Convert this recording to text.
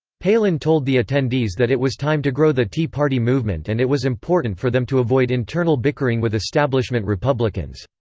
palin told the attendees that it was time to grow the tea party movement and it was important for them to avoid internal bickering with establishment republicans.